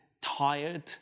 tired